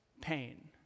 pain